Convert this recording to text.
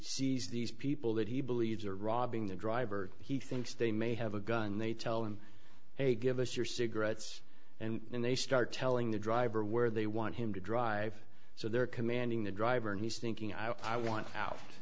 sees these people that he believes are robbing the driver he thinks they may have a gun they tell him hey give us your cigarettes and they start telling the driver where they want him to drive so they're commanding the driver and he's thinking i want out